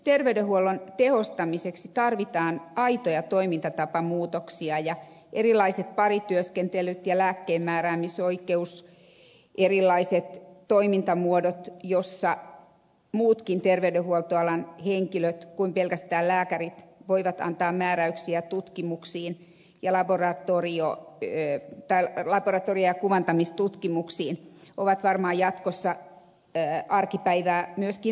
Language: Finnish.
terveydenhuollon tehostamiseksi tarvitaan aitoja toimintatapamuutoksia ja erilaiset parityöskentelyt ja lääkkeenmääräämisoikeus erilaiset toimintamuodot joissa muutkin terveydenhuoltoalan henkilöt kuin pelkästään lääkärit voivat antaa määräyksiä laboratorio ja kuvantamistutkimuksiin ovat varmaan jatkossa arkipäivää myöskin suomessa